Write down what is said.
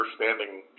understanding